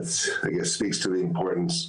נראה מנומנם קלות.